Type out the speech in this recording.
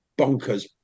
bonkers